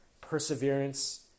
Perseverance